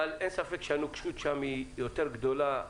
אין ספק שהנוקשות שם גדולה יותר,